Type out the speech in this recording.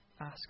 ask